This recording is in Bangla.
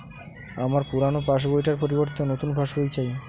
আমার পুরানো পাশ বই টার পরিবর্তে নতুন পাশ বই চাই